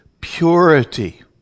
purity